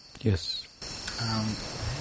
Yes